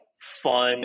fun